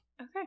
Okay